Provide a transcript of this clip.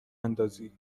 اندازی